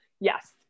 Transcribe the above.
Yes